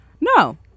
No